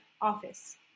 office